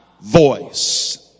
voice